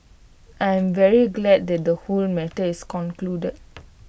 I am very glad that the whole matter is concluded